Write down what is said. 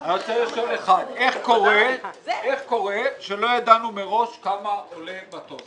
אני רוצה לשאול אותך איך קורה שלא ידענו מראש כמה עולה מטוס.